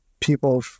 people